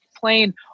playing